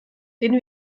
den